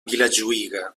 vilajuïga